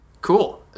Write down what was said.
Cool